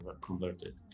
converted